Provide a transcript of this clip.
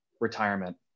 retirement